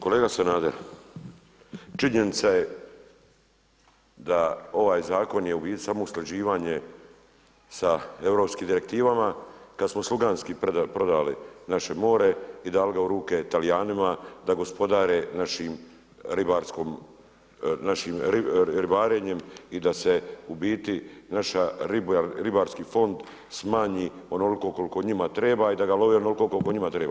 Kolega Sanader, činjenica je da ovaj zakon je u biti samo usklađivanje sa europskim direktivama, kad smo sluganski prodali naše more i dali ga u ruke Talijanima da gospodare našim ribarenjem i da se u biti naš ribarski fond smanji onoliko koliko njima treba i da ga love onoliko koliko njima treba.